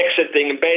exiting